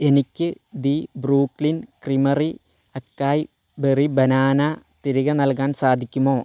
എനിക്ക് the Brooklyn creamery acai berry banana തിരികെ നൽകാൻ സാധിക്കുമോ